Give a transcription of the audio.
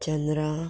Chandra